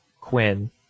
Quinn